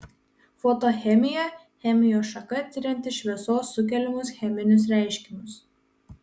fotochemija chemijos šaka tirianti šviesos sukeliamus cheminius reiškinius